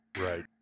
Right